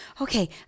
Okay